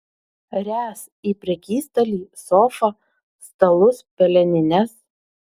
ręs į prekystalį sofą stalus pelenines